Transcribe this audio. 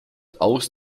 aus